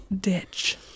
ditch